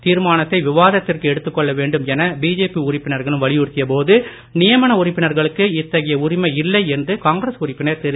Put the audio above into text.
தீர்மானத்தை விவாதத்திற்கு எடுத்துக் கொள்ள வேண்டும் என பிஜேபி உறுப்பினர்களும் வலியுறுத்திய போது நியமன உறுப்பினர்களுக்கு இத்தகைய உரிமை இல்லை என்று காங்கிரஸ் உறுப்பினர் திரு